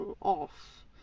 off